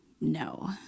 no